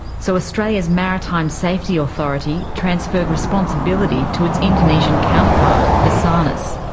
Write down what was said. so australia's maritime safety authority transferred responsibility to its indonesian counterpart, basarnas.